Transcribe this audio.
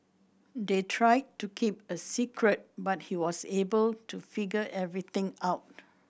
they tried to keep a secret but he was able to figure everything out